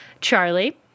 Charlie